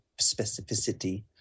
specificity